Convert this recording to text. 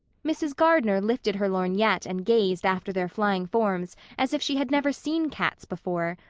mrs. gardner lifted her lorgnette and gazed after their flying forms as if she had never seen cats before,